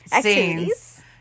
scenes